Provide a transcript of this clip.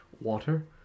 water